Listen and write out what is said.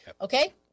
Okay